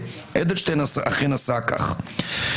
אדלשטיין אכן עשה כך.